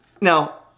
Now